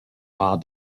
war